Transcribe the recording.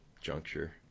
juncture